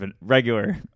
regular